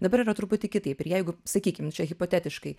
dabar yra truputį kitaip ir jeigu sakykim čia hipotetiškai